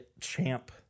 champ